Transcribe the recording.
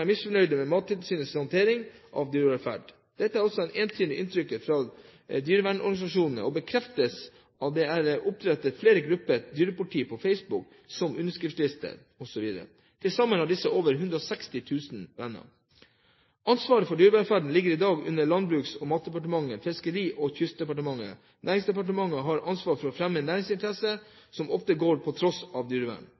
er misfornøyd med Mattilsynets håndtering av dyrevelferd. Dette er også det entydige inntrykket fra dyrevernsorganisasjonene, og bekreftes av at det er opprettet flere grupper for et dyrepoliti på Facebook, bl.a. med underskriftslister. Til sammen har disse over 160 000 venner. Ansvaret for dyrevelferden ligger i dag under Landbruks- og matdepartementet og Fiskeri- og kystdepartementet. Næringsdepartementet har ansvaret for å fremme